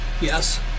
Yes